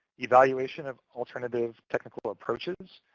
evaluation of alternative technical approaches,